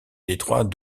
détroit